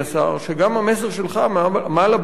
שגם המסר שלך מעל הבמה הזאת,